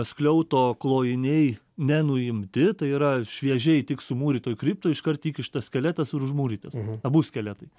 skliauto klojiniai nenuimti tai yra šviežiai tik sumūrytoj kriptoj iškart įkištas skeletas ir užmūrytas abu skeletai